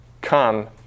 come